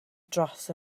dros